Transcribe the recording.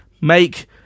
Make